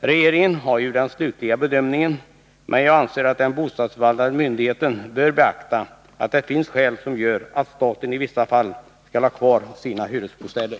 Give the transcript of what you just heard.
Regeringen har ju att göra den slutgiltiga bedömningen, men jag anser att den bostadsförvaltande myndigheten bör beakta att det finns skäl som gör att staten i vissa fall skall ha kvar sina hyresbostäder.